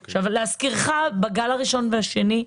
להזכירך, בגל הראשון והשני,